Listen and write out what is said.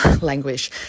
language